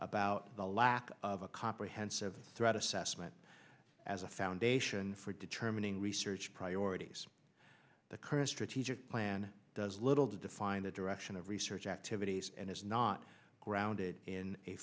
about the lack of a comprehensive threat assessment as a foundation for determining research priorities the current strategic plan does little to define the direction of research activities and is not grounded in a